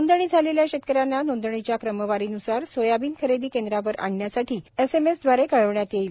नोंदणी झालेल्या शेतकऱ्यांना नोंदणीच्या क्रमवारीनुसार सोयाबीन खरेदी केंद्रावर आणण्यासाठी एसएमएसद्वारे कळविण्यात येईल